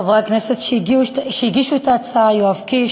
חברי הכנסת שהגישו את ההצעה: יואב קיש,